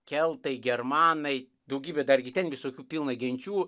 keltai germanai daugybė dargi ten visokių pilna genčių